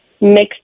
mixed